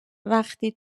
وقتی